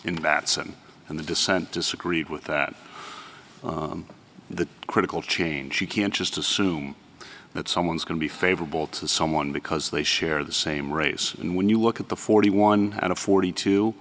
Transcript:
batson and the dissent disagreed with that the critical change you can't just assume that someone's going to be favorable to someone because they share the same race and when you look at the forty one and forty two